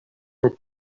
had